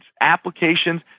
applications